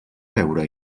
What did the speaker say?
veure